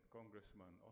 Congressman